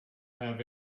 have